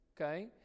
okay